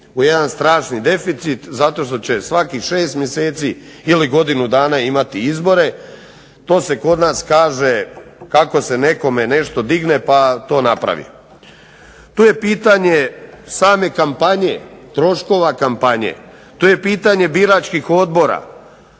u jedan strašni deficit zato što će svakih 6 mjeseci ili godinu dana imati izbore. To se kod nas kaže, kako se nekome nešto digne pa to napravi. To je pitanje same kampanje, troškova kampanje, to je pitanje biračkih odbora,